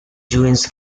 joins